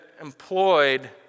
employed